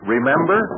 Remember